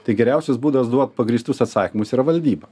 tai geriausias būdas duot pagrįstus atsakymus yra valdyba